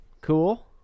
cool